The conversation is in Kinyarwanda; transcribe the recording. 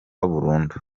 burundu